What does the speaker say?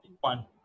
one